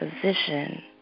position